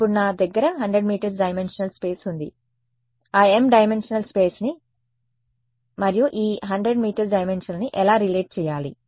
ఇప్పుడు నా దగ్గర 100 మీ డైమెన్షనల్ స్పేస్ ఉంది ఆ m డైమెన్షనల్ స్పేస్ని మరియు ఈ 100 మీ డైమెన్షనల్ని ఎలా రిలేట్ చేయాలి